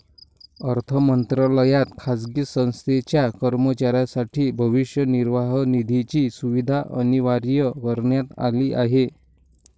अर्थ मंत्रालयात खाजगी संस्थेच्या कर्मचाऱ्यांसाठी भविष्य निर्वाह निधीची सुविधा अनिवार्य करण्यात आली आहे